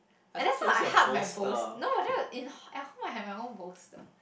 and that's why I hug my bolst~ no what at home I have my own bolster